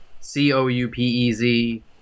C-O-U-P-E-Z